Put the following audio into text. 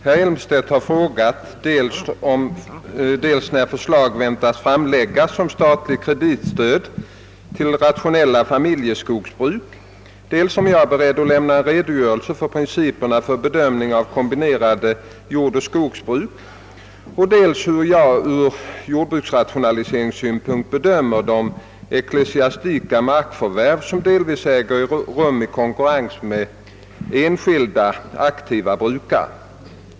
Herr Elmstedt har frågat dels när förslag väntas framläggas om statligt kreditstöd till rationella familjeskogsbruk, dels om jag är beredd lämna en redogörelse för principerna för bedömningen av kombinerade jordoch skogsbruk och dels hur jag ur jordbruksrationaliseringssynpunkt bedömer de ecklesiastika markförvärv, som delvis äger rum i konkurrens med enskilda aktiva brukare.